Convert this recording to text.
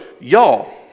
y'all